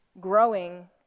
growing